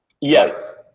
Yes